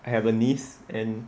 I have a niece and